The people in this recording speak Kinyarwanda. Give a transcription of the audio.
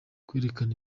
kwerekana